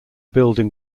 building